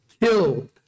killed